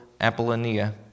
Apollonia